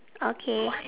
okay